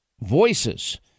voices